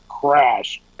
crash